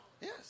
Yes